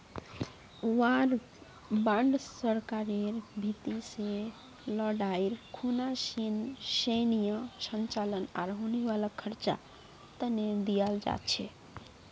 war bond सरकारेर भीति से लडाईर खुना सैनेय संचालन आर होने वाला खर्चा तने दियाल जा छे